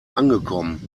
angekommen